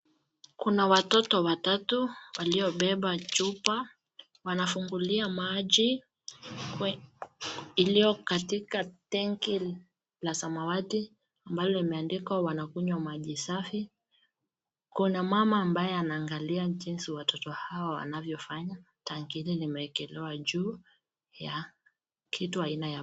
Kuna watoto watatu waliobeba chupa. Wanafungulia maji iliye katika tangi la samawati ambalo limeandikwa wanakunywa maji safi. Kuna mama ambaye anaangalia jinsi watoto hawa wanavyofanya. Tangi hii imeekelewa juu ya kitu aina ya